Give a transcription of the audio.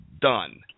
done